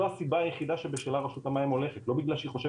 הסיבה היחידה שבשלה רשות המים הולכת לא בגלל שהיא חושבת